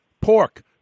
pork